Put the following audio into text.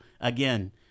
again